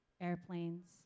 airplanes